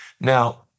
Now